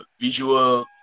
visual